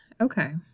Okay